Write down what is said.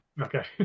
okay